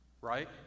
Right